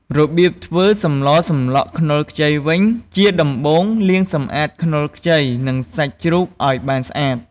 របៀបធ្វើសម្លសម្លក់ខ្នុរខ្ចីវិញជាដំបូង លាងសម្អាតខ្នុរខ្ចី និងសាច់ជ្រូកឱ្យបានស្អាត។